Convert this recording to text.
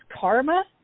karma